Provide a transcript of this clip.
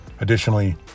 Additionally